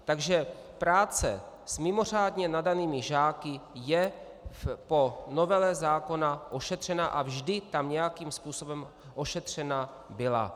Takže práce s mimořádně nadanými žáky je po novele zákona ošetřena a vždy tam nějakým způsobem ošetřena byla.